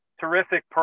terrific